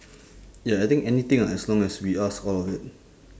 ya I think anything as long as we ask all of it